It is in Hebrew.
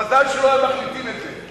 מזל שלא הם מחליטים את זה.